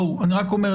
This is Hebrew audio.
אני רק אומר,